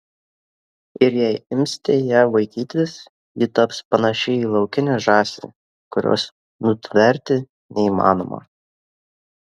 ir jei imsite ją vaikytis ji taps panaši į laukinę žąsį kurios nutverti neįmanoma